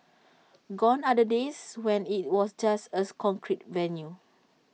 gone are the days when IT was just A concrete venue